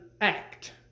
act